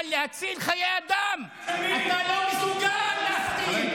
אבל בשביל להציל חיי אדם אתה לא מסוגל להחתים.